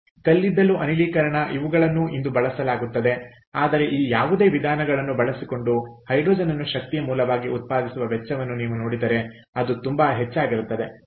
ಕಲ್ಲಿದ್ದಲು ಅನಿಲೀಕರಣ ಇವುಗಳನ್ನು ಇಂದು ಬಳಸಲಾಗುತ್ತದೆ ಆದರೆ ಈ ಯಾವುದೇ ವಿಧಾನಗಳನ್ನು ಬಳಸಿಕೊಂಡು ಹೈಡ್ರೋಜನ್ ಅನ್ನು ಶಕ್ತಿಯ ಮೂಲವಾಗಿ ಉತ್ಪಾದಿಸುವ ವೆಚ್ಚವನ್ನು ನೀವು ನೋಡಿದರೆ ಅದು ತುಂಬಾ ಹೆಚ್ಚು